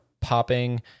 popping